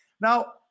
Now